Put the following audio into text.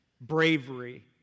bravery